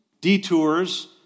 detours